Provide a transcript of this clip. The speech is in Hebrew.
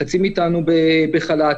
חצי מאיתנו בחל"ת,